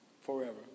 forever